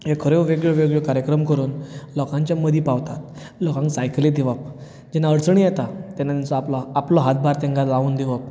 खऱ्यो वेगळ्यो वेगळ्यो कार्यक्रम करून लोकांचे मदीं पावता लोकांक सायकली दिवप जेन्ना अडचणी येता तेन्ना तेंचो आपलो हातभार तेंकां लावन दिवप